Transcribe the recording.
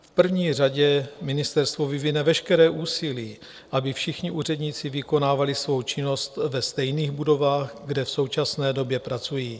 V první řadě ministerstvo vyvine veškeré úsilí, aby všichni úředníci vykonávali svou činnost ve stejných budovách, kde v současné době pracují.